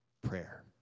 prayer